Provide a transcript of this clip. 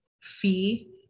fee